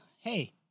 hey